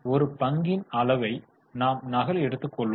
ஒரு பங்கின் அளவை நாம் நகல் எடுத்துக் கொள்வோம்